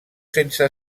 sense